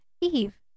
Eve